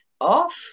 off